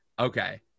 okay